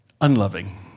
unloving